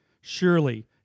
Surely